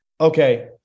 okay